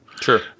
Sure